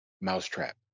mousetrap